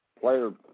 player